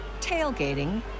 tailgating